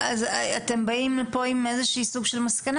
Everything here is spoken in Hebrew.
אתם באים לפה עם איזושהי סוג של מסקנה